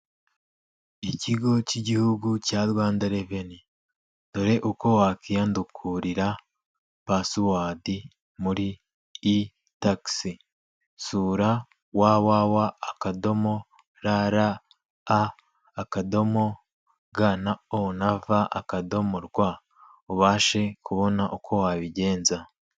Ikigo cy'igihugu cya Rwanda revenu dore uko wakiyandukuririra basuwadi muri i takisi sura wa wa wa akadomo rawa akadomo ga na o na va akadomo rwa ubashe kubona uko wabigenza.